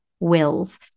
wills